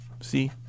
See